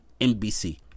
NBC